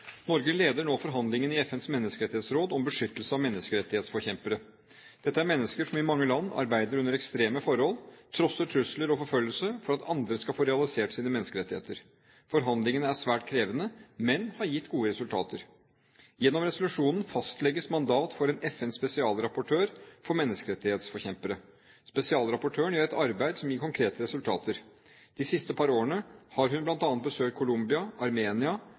Norge leder nå forhandlingene i FNs menneskerettighetsråd om beskyttelse av menneskerettighetsforkjempere. Dette er mennesker som i mange land arbeider under ekstreme forhold, trosser trusler og forfølgelse for at andre skal få realisert sine menneskerettigheter. Forhandlingene er svært krevende, men har gitt gode resultater. Gjennom resolusjonen fastlegges mandat for en FNs spesialrapportør for menneskerettighetsforkjempere. Spesialrapportøren gjør et arbeid som gir konkrete resultater. De siste par årene har hun bl.a. besøkt Colombia, Armenia,